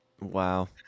wow